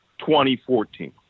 2014